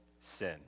sin